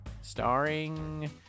starring